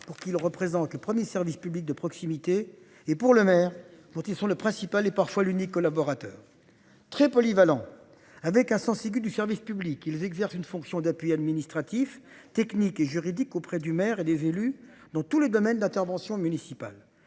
pour qu'ils représentent le 1er service public de proximité et pour le maire pour qui sont le principal et parfois l'unique collaborateur. Très polyvalent avec un sens aigu du service public, ils exercent une fonction d'appuyer administratifs techniques et juridiques auprès du maire et des élus dans tous les domaines d'intervention municipale,